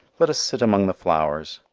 let us sit among the flowers.